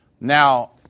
Now